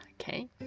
Okay